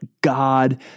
God